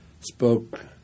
spoke